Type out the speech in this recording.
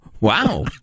Wow